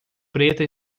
preta